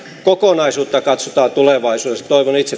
kokonaisuutta katsotaan tulevaisuudessa